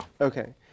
Okay